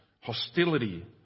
hostility